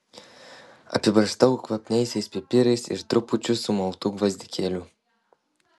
apibarstau kvapniaisiais pipirais ir trupučiu sumaltų gvazdikėlių